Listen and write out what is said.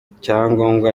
icyangombwa